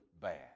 bad